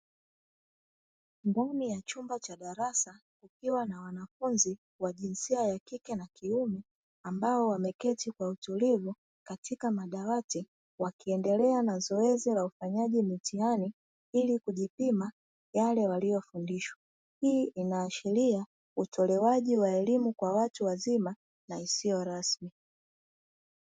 Ndani ya chumba cha darasa kukiwa na wanafunzi wa jinsia ya kike na kiume ambao wameketi kwa utulivu katika madawati wakiendelea na zoezi la ufanyaji mitihani ili kujipima yale waliyofundishwa, hii inaashiria utolewaji wa elimu kwa watu wazima na isiyo rasmi.